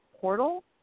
portal